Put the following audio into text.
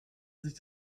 sich